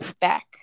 back